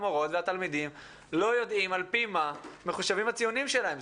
המורות והתלמידים לא יודעים על פי מה מחושבים הציונים שלהם.